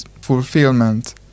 fulfillment